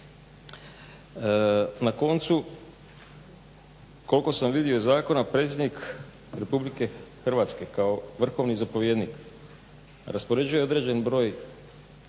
Na koncu koliko sam vidio iz zakona Predsjednik Republike Hrvatske kao vrhovni zapovjednik raspoređuje određeni broj